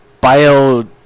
bio